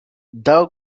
thou